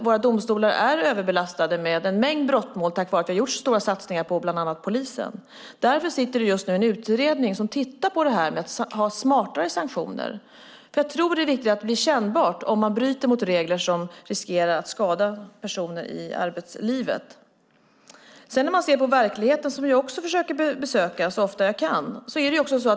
Våra domstolar är överbelastade med en mängd brottmål tack vare att vi har gjort så stora satsningar på bland annat polisen. Därför finns det just nu en utredning som tittar på detta med smartare sanktioner. Jag tror att det är viktigt att det blir kännbart om man bryter mot regler och därmed riskerar att personer skadas i arbetslivet. Jag försöker också besöka verkligheten så ofta jag kan.